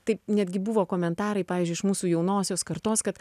taip netgi buvo komentarai pavyzdžiui iš mūsų jaunosios kartos kad